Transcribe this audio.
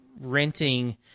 renting